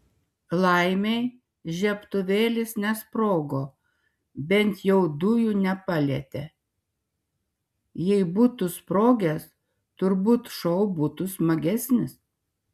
laimei žiebtuvėlis nesprogo bent jau dujų nepalietė jei būtų sprogęs turbūt šou būtų smagesnis